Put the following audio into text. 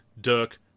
dirk